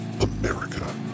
America